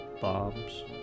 Bombs